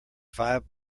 five